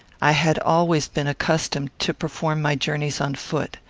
i had always been accustomed to perform my journeys on foot.